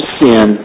sin